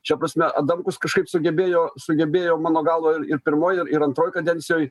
šia prasme adamkus kažkaip sugebėjo sugebėjo mano galva ir pirmoj ir antroj kadencijoj